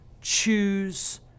choose